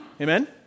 Amen